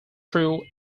through